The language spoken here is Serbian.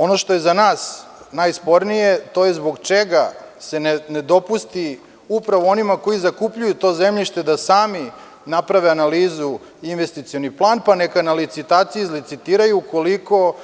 Ono što je za nas najspornije to je, zbog čega se ne dopusti upravo onima koji zakupljuju to zemljište da sami naprave analizu, investicioni plan, pa neka na licitaciji izlicitiraju, koliko